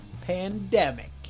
pandemic